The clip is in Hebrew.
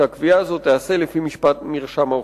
שהקביעה הזאת תיעשה לפי מרשם האוכלוסין.